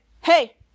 Hey